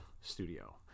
Studio